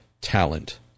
talent